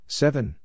seven